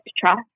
trust